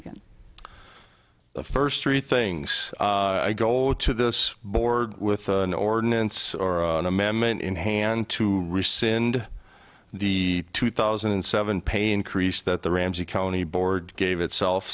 egan the first three things i go over to this board with an ordinance or amendment in hand to rescind the two thousand and seven pay increase that the ramsey county board gave itself